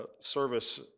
service